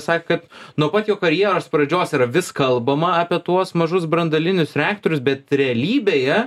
sakė kad nuo pat jo karjeros pradžios yra vis kalbama apie tuos mažus branduolinius reaktorius bet realybėje